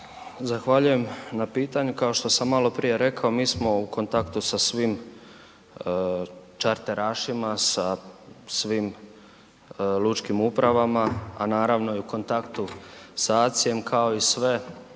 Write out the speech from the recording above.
Zahvaljujem na pitanju. Kao što sam maloprije rekao, mi smo u kontaktu sa svim čarterašima, sa svim lučkim upravama a naravno i u kontaktu sa ACI-jem kao i sve